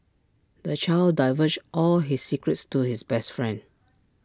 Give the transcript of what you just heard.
the child divulged all his secrets to his best friend